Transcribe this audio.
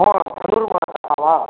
ओ धनुर्मासः वा